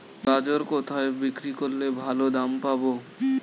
গাজর কোথায় বিক্রি করলে ভালো দাম পাব?